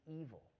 evil